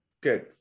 Good